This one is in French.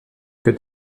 que